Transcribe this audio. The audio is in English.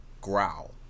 growl